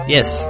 Yes